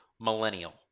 millennial